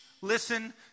listen